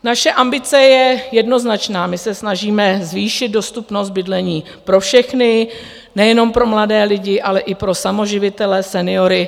Naše ambice je jednoznačná: my se snažíme zvýšit dostupnost bydlení pro všechny, nejenom pro mladé lidi, ale i pro samoživitele, seniory.